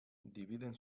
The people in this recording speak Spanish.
dividen